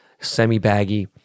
semi-baggy